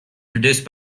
produced